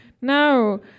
No